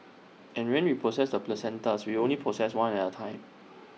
and when we process the placentas we only process one at A time